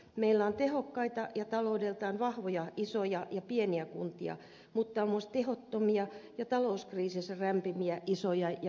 meillä on tehokkaita ja taloudeltaan vahvoja isoja ja pieniä kuntia mutta on myös tehottomia ja talouskriisissä rämpiviä isoja ja pieniä kuntia